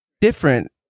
different